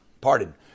pardon